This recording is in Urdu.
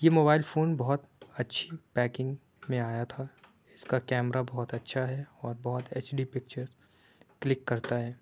یہ موبائل فون بہت اچھی پیکنگ میں آیا تھا اس کا کیمرہ بہت اچھا ہے اور بہت ایچ ڈی پکچر کلک کرتا ہے